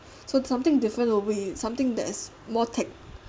so it's something different something that is more tech